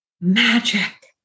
magic